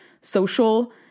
social